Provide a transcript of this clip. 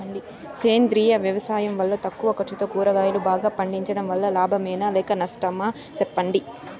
సేంద్రియ వ్యవసాయం వల్ల తక్కువ ఖర్చుతో కూరగాయలు బాగా పండించడం వల్ల లాభమేనా లేక నష్టమా సెప్పండి